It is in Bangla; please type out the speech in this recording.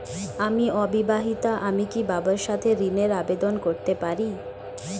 আমি অবিবাহিতা আমি কি বাবার সাথে ঋণের আবেদন করতে পারি?